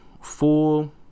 full